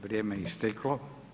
Vrijeme je isteklo.